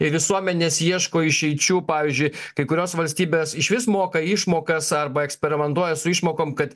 ir visuomenės ieško išeičių pavyzdžiui kai kurios valstybės išvis moka išmokas arba eksperimentuoja su išmokom kad